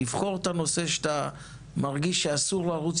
לבחור את הנושא שאתה מרגיש שאסור לרוץ